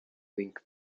link